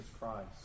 Christ